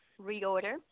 reorder